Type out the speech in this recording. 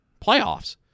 playoffs